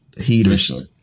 Heaters